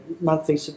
monthly